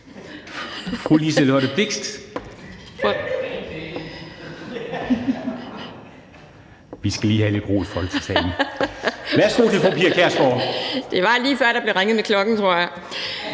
Det var, lige før der blev ringet med klokken, tror jeg.